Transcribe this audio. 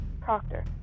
Proctor